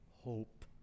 hope